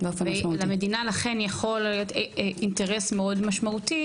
למדינה יכול להיות אינטרס מאוד משמעותי